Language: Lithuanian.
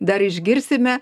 dar išgirsime